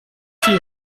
huit